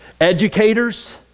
educators